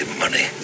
money